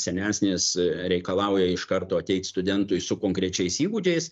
senesnės reikalauja iš karto ateit studentui su konkrečiais įgūdžiais